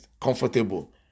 comfortable